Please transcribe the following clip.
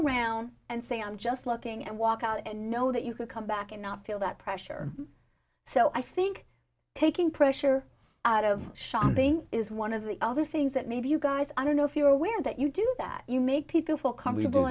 around and say i'm just looking and walk out and know that you could come back and not feel that pressure so i think taking pressure out of shopping is one of the other things that maybe you guys i don't know if you're aware that you do that you make people feel comfortable